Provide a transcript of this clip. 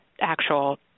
actual